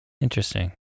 Interesting